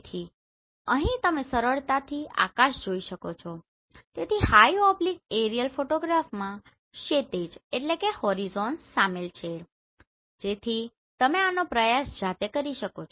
તેથી અહીં તમે સરળતાથી આકાશ જોઈ શકો છો તેથી હાઈ ઓબ્લીક એરીઅલ ફોટોગ્રાફમાં ક્ષિતિજ શામેલ છે જેથી તમે આનો પ્રયાસ જાતે કરી શકો